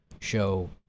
show